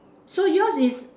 so yours is